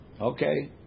Okay